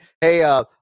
Hey